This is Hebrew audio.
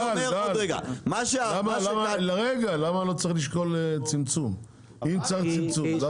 רגע, למה לא צריך לשקול צמצום אם צריך צמצום?